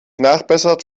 nachbessert